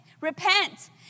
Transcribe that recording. Repent